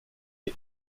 est